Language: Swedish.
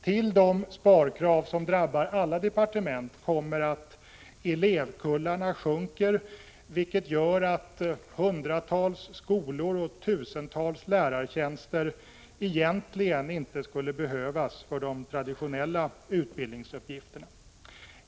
Till de sparkrav som drabbar alla departement kommer att elevkullarna sjunker, vilket gör att hundratals skolor och tusentals lärartjänster egentligen inte skulle behövas för de traditionella utbildningsuppgifterna.